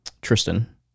Tristan